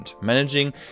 Managing